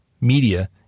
media